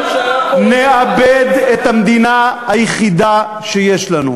נאבד את המדינה היחידה שיש לנו.